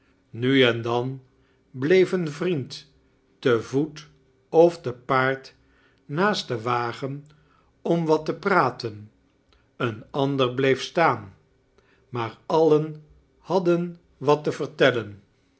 nu en dan bleef een vriend te voet of te paard naast den wagen om wat te praten een ander bleef staan maar alien hadden wat te vertellen